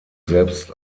selbst